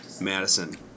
Madison